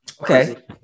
okay